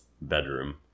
bedroom